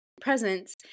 presence